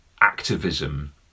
activism